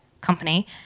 company